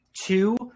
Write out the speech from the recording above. two